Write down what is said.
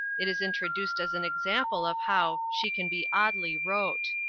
it is introduced as an example of how she can be oddly wrote